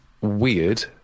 weird